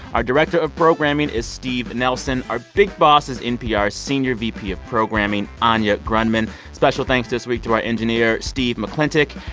our director of programming is steve nelson. our big boss is npr's senior vp of programming, anya grundmann. special thanks this week to our engineer steve mcclintic.